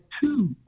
two